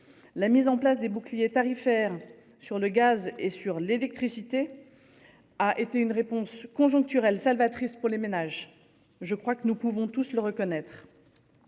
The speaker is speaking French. La mise en place des bouclier tarifaire sur le gaz et sur l'électricité. A été une réponse conjoncturelle salvatrice pour les ménages. Je crois que nous pouvons tous le reconnaître.